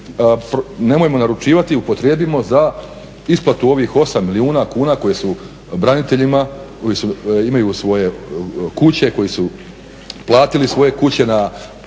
nemojmo naručivati upotrijebimo za isplatu ovih 8 milijuna kuna koje su braniteljima, koji imaju svoje kuće, koji su platili svoje kuće na